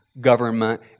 government